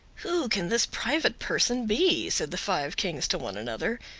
who can this private person be, said the five kings to one another,